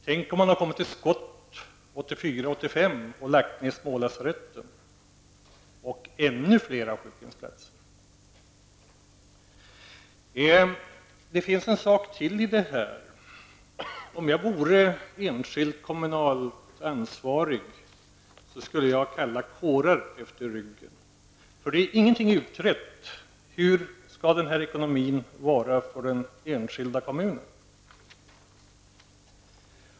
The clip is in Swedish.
Tänk om man hade kommit till skott 1984 och 1985 och lagt ned smålasaretten -- och ännu fler sjukhemsplatser! Om jag vore kommunalansvarig, skulle jag känna kalla kårar efter ryggen, för ingenting är utrett. Hur skall den här ekonomin vara för den enskilda kommunen?